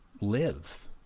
live